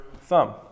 thumb